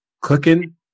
cooking